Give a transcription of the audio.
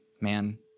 man